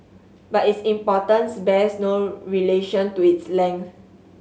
but its importance bears no relation to its length